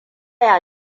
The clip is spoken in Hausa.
ya